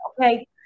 okay